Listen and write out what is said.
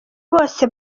bose